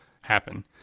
happen